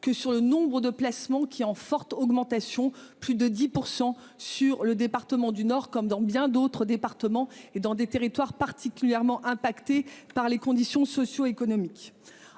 que sur le nombre de placements qui en forte augmentation, plus de 10% sur le département du Nord comme dans bien d'autres départements et dans des territoires particulièrement impacté par les conditions socio-économiques